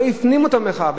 לא הפנימו את המחאה,